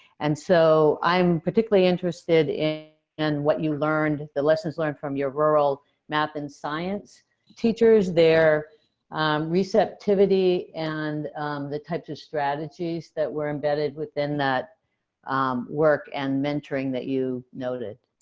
and so i'm particularly interested in what you learned the lessons learned from your rural math and science teachers, their receptivity, and the types of strategies that were embedded within that um work and mentoring that you noted.